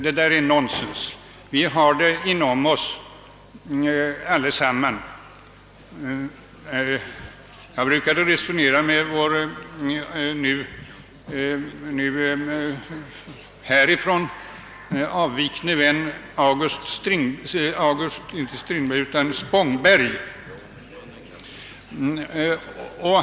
Det är nonsens, ty vi har allesammans svaret inom oss. Jag brukade ofta resonera med vår nu från riksdagen avvikne vän August Spångberg.